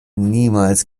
niemals